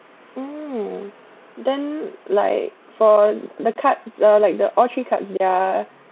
oh then like for the cards uh like the all three cards their